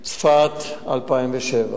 צפת, 2007,